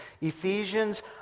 Ephesians